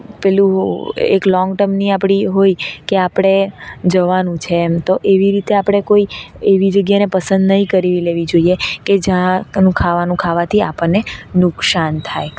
પેલું એક લોંગ ટર્મની આપણી એ હોય કે આપણે જવાનું છે એમ તો એવી રીતે આપણે કોઈ એવી જગ્યાને પસંદ નઇ કરી લેવી જોઈએ કે જ્યાં એનું ખાવાનું ખાવાથી આપણને નુકસાન થાય